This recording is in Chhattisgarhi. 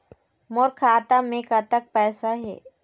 मोर खाता मे कतक पैसा हे?